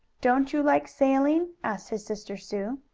don't you like sailing, asked his sister sue.